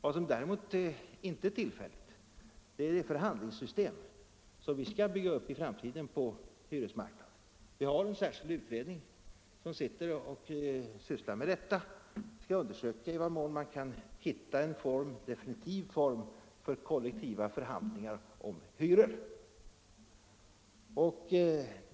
Vad som däremot inte är tillfälligt är det förhandlingssystem som vi i framtiden skall bygga upp på hyresmarknaden. Vi har en särskild utredning som sysslar med detta. Den skall undersöka i vad mån man kan finna en definitiv form för kollektiva förhandlingar om hyror.